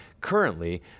currently